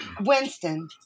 Winston